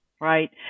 right